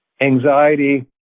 anxiety